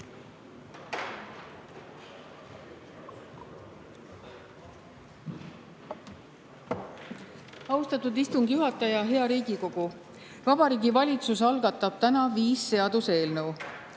Austatud istungi juhataja! Hea Riigikogu! Vabariigi Valitsus algatab täna viis seaduseelnõu.